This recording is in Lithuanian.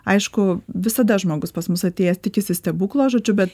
aišku visada žmogus pas mus atėjęs tikisi stebuklo žodžiu bet